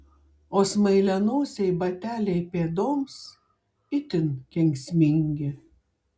o smailianosiai bateliai pėdoms itin kenksmingi